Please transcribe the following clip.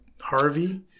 Harvey